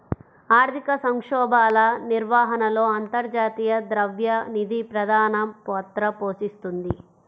ఆర్థిక సంక్షోభాల నిర్వహణలో అంతర్జాతీయ ద్రవ్య నిధి ప్రధాన పాత్ర పోషిస్తోంది